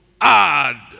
add